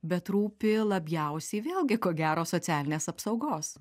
bet rūpi labiausiai vėlgi ko gero socialinės apsaugos